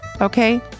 Okay